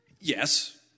Yes